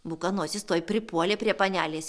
bukanosis tuoj pripuolė prie panelės